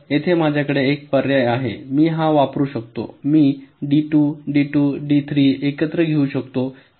तर येथे माझ्याकडे एक पर्याय आहे मी हा वापरू शकतो मी डी 2 डी 2 डी 3 एकत्र घेऊ शकतो